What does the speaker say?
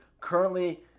Currently